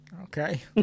Okay